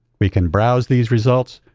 we can browse these results,